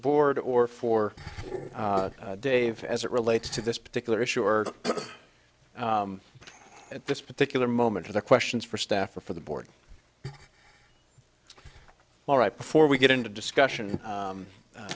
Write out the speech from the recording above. board or for dave as it relates to this particular issue or at this particular moment to the questions for staff or for the board all right before we get into discussion